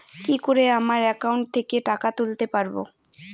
কি করে আমার একাউন্ট থেকে টাকা তুলতে পারব?